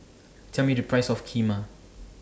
Tell Me The Price of Kheema